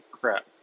Crap